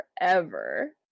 forever